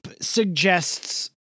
suggests